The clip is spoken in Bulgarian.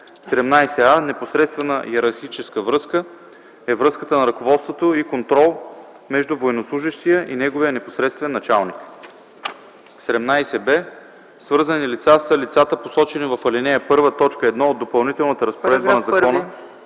„17а. „Непосредствена йерархическа връзка” е връзката на ръководство и контрол между военнослужещия и неговия непосредствен началник. 17б. „Свързани лица” са лицата, посочени в § 1, т. 1 от Допълнителната разпоредба на Закона